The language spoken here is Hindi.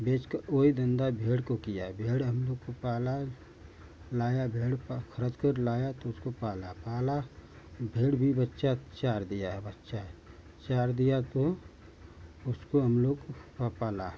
बेच कर वही धन्दा भेड़ को किया भेड़ हम लोग को पाला लाया भेड़ पर ख़रीद कर लाया तो उसको पाला पाला भेड़ भी बच्चा चार दिया है बच्चा चार दिया तो उसको हम लोग को पाला